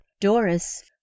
Doris